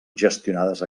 gestionades